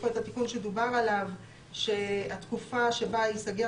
התיקון שדובר עליו שהתקופה שבה ייסגר